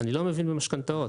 לא מבין במשכנתאות.